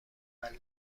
معلم